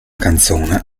canzone